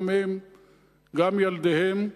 גם הם וגם ילדיהם.